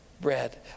bread